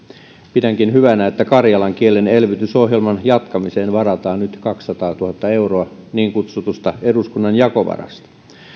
pidänkin hyvänä että karjalan kielen elvytysohjelman jatkamiseen varataan nyt kaksisataatuhatta euroa niin kutsutusta eduskunnan jakovarasta